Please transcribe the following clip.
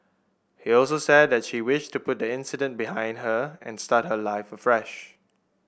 he also said that she wished to put the incident behind her and start her life afresh